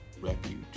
Refuge